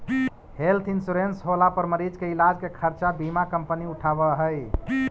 health insurance होला पर मरीज के इलाज के खर्चा बीमा कंपनी उठावऽ हई